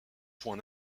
point